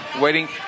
waiting